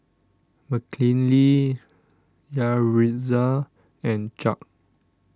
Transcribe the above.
Mckinley Yaritza and Chuck